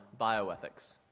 bioethics